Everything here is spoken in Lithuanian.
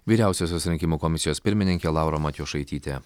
vyriausiosios rinkimų komisijos pirmininkė laura matjošaitytė